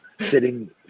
sitting